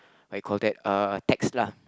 what you call that uh text lah